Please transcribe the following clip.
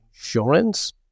insurance